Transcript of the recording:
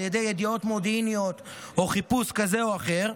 על ידי ידיעות מודיעיניות או חיפוש כזה או אחר,